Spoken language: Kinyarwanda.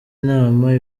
nama